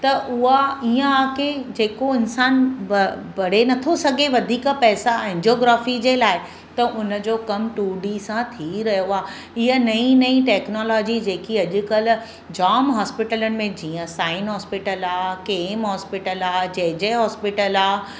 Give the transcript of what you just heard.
त उहा ईअं आहे के जेको इंसान बढ़े नथो सघे वधीक पैसा आहिनि एंजियोग्राफी जे लाइ त उन जो कमु टू डी सां थी रहियो आहे ईअं नई नई टैक्नोलॉजी जेकी अॼुकल्ह जामु हॉस्पिटलनि में जीअं साइन हॉस्पिटल आहे कंहिं हॉस्पिटल आहे जय जय हॉस्पिटल आहे